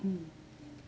mm